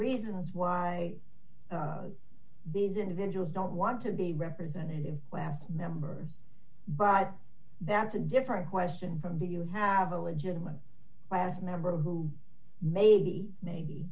reasons why these individuals don't want to be represented in class members but that's a different question from do you have a legitimate class member who maybe maybe